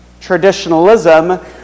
traditionalism